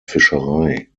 fischerei